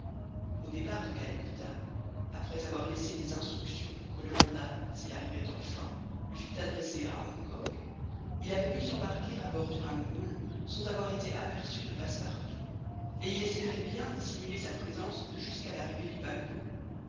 au départ de calcutta après avoir laissé des instructions pour que le mandat s'il arrivait enfin lui fût adressé à hong kong il avait pu s'embarquer à bord du rangoon sans avoir été aperçu de passepartout et il espérait bien dissimuler sa présence jusqu'à l'arrivée du paquebot